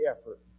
effort